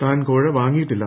താൻ കോഴ വാങ്ങിയിട്ടില്ല